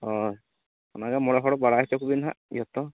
ᱦᱳᱭ ᱚᱱᱟᱜᱮ ᱢᱚᱬᱮ ᱵᱟᱲᱟᱭ ᱚᱪᱚ ᱠᱚᱵᱮᱱ ᱦᱟᱜ ᱡᱚᱛᱚ